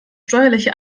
steuerliche